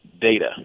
Data